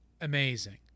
Amazing